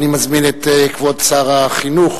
אני מזמין את כבוד שר החינוך